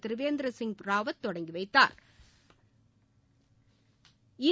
திரிவேந்திர சிங் ராவத் தொடங்கி வைத்தாா்